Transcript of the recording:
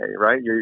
right